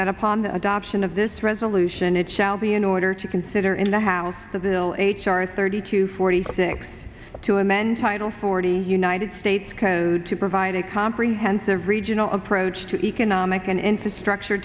that upon the adoption of this resolution it shall be in order to consider in the house the bill h r thirty to forty six to amend title forty united states code to provide a comprehensive regional approach to economic and infrastructure